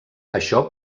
això